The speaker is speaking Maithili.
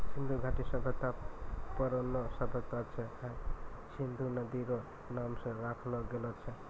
सिन्धु घाटी सभ्यता परौनो सभ्यता छै हय सिन्धु नदी रो नाम से राखलो गेलो छै